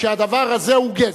שהדבר הזה הוא גזל.